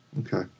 Okay